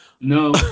No